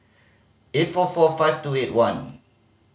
eight four four five two eight one